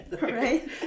Right